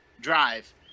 drive